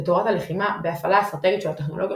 בתורת הלחימה, בהפעלה האסטרטגית של הטכנולוגיות